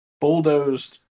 bulldozed